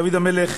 דוד המלך